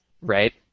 Right